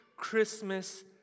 Christmas